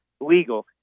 legal